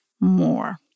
more